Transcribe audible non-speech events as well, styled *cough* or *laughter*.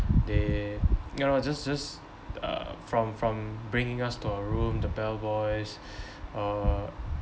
they you know just just uh from from bringing us to our room the bellboys *breath* uh